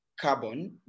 carbon